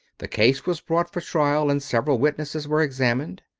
the case was brought for trial, and several witnesses were examined.